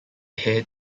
head